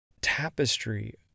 tapestry